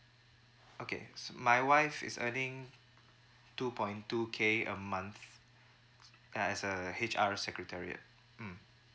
okay my wife is earning two point two K a month uh as a H_R secretariat mm